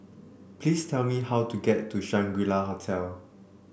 please tell me how to get to Shangri La Hotel